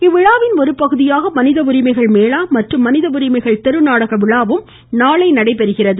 இந்த விழாவின் ஒருபகுதியாக மனித உரிமைகள் மேளா மற்றும் மனித உரிமைகள் தெரு நாடக விழாவும் நாளை நடைபெறுகிறது